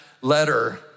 letter